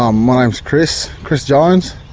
um my name's chris chris gines,